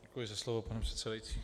Děkuji za slovo, pane předsedající.